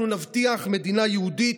אנחנו נבטיח מדינה יהודית,